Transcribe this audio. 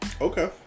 Okay